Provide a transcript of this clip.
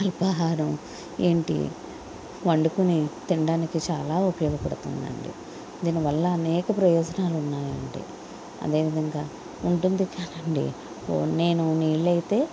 అల్పాహారం ఏంటి వండుకొని తినడానికి చాలా ఉపయోగపడుతుందండి దీనివల్ల అనేక ప్రయోజనాలు ఉన్నాయండి అదేవిధంగా ఉంటుంది కాదండి నేను నీళ్ళైతే